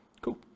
Cool